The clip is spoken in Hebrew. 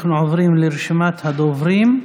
אנחנו עוברים לרשימת הדוברים.